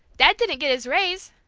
dad didn't get his raise.